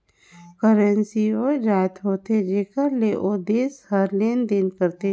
currency ओ जाएत होथे जेकर ले ओ देस हर लेन देन करथे